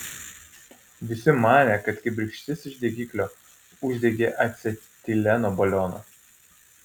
visi manė kad kibirkštis iš degiklio uždegė acetileno balioną